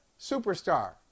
superstar